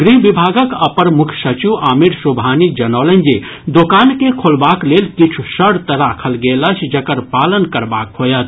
गृह विभागक अपर मुख्य सचिव आमीर सुबहानी जनौलनि जे दोकान के खोलबाक लेल किछु शर्त राखल गेल अछि जकर पालन करबाक होयत